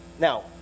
Now